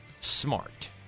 smart